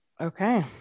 Okay